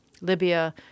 Libya